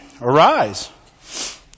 Arise